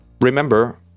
Remember